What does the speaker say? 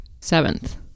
Seventh